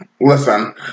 Listen